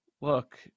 look